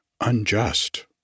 unjust